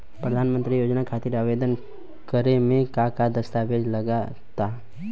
प्रधानमंत्री योजना खातिर आवेदन करे मे का का दस्तावेजऽ लगा ता?